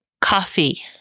Coffee